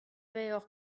vezañ